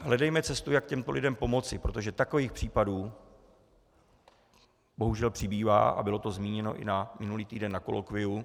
Hledejme cestu, jak těmto lidem pomoci, protože takových případů bohužel přibývá, a bylo to zmíněno i minulý týden na kolokviu.